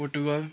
Portugal